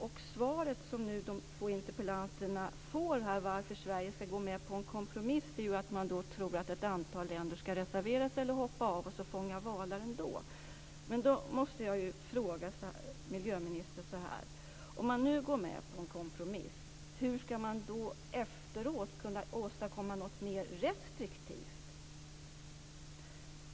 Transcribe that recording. Och svaret som de två interpellanterna får på frågan varför Sverige skall gå med på en kompromiss är att man tror att ett antal länder skall reservera sig eller hoppa av och fånga valar ändå. Jag måste då ställa en fråga till miljöministern. Om man går med på en kompromiss, hur skall man då efteråt kunna åstadkomma något mer restriktivt?